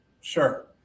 Sure